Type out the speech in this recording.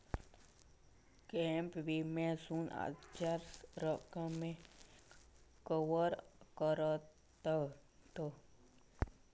gap विम्यासून कर्जाच्या रकमेक कवर करतत